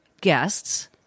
guests